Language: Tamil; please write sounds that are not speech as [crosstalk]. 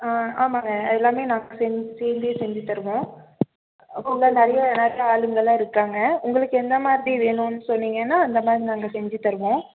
ஆ ஆமாங்க அது எல்லாமே நாங்கள் செஞ் ஸ்டேஜில் செஞ்சு தருவோம் இப்போது நெறைய [unintelligible] ஆளுங்கெலாம் இருக்காங்க உங்களுக்கு எந்தமாதிரி வேணும்னு சொன்னிங்கன்னால் அந்தமாதிரி நாங்கள் செஞ்சு தருவோம்